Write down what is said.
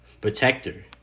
protector